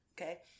Okay